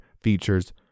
features